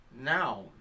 now